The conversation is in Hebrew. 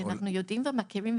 כי אנחנו יודעים ומכירים,